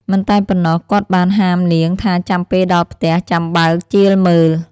មិនតែប៉ុណ្ណោះ គាត់បានហាមនាងថាចាំពេលដល់ផ្ទះចាំបើកជាលមើល។